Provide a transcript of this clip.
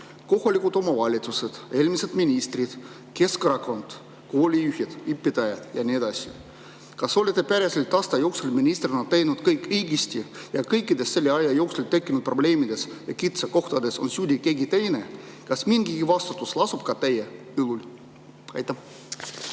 kohalikud omavalitsused, eelmised ministrid, Keskerakond, koolijuhid, õpetajad ja nii edasi. Kas teie olete päriselt aasta jooksul ministrina teinud kõik õigesti ja kõikides selle aja jooksul tekkinud probleemides ja kitsaskohtades on süüdi keegi teine? Kas mingigi vastutus lasub ka teil? Aitäh